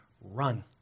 Run